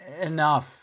Enough